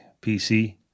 PC